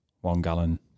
one-gallon